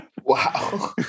Wow